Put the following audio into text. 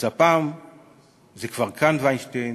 אז הפעם זה כבר כאן, וינשטיין,